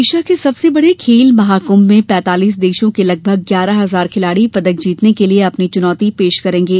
Asia के सबसे बड़े खेल महाक्र्भ में पैंतालिस देशों के लगभग ग्यारह हजार खिलाड़ी पदक जितने के लिये अपनी चुनोती पेश करेंगे